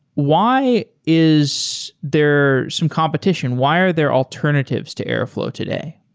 why is there some competition? why are there alternatives to airflow today?